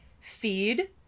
feed